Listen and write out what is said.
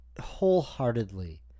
wholeheartedly